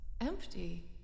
empty